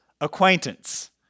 acquaintance